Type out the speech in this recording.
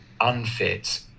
unfit